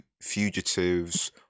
Fugitives